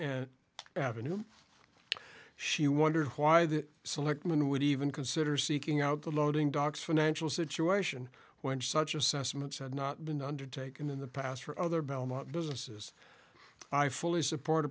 unity avenue she wondered why the selectmen would even consider seeking out the loading dock financial situation when such assessments had not been undertaken in the past for other belmont businesses i fully support